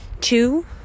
Two